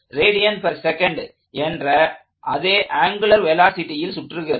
5 rads என்ற அதே angular வெலாசிட்டியில் சுற்றுகிறது